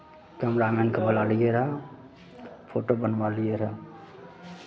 कैमरामैनकेँ बोललियै रहए फोटो बनवालियै रहए